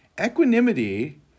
Equanimity